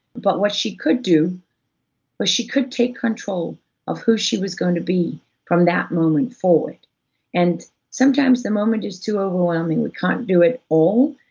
but what she could do was, but she could take control of who she was going to be from that moment forward and sometimes the moment is too overwhelming, we can't do it all,